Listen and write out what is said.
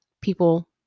people